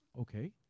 Okay